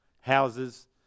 Houses